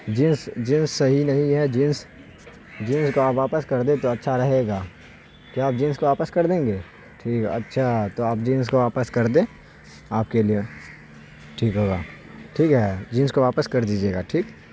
جنس جنس صحیح نہیں ہے جنس جنس کو آپ واپس کر دیں تو اچھا رہے گا کیا آپ جنس کو واپس کر دیں گے ٹھیک ہے اچھا تو آپ جنس کو واپس کر دیں آپ کے لیے ٹھیک ہوگا ٹھیک ہے جنس کو واپس کر دیجیے گا ٹھیک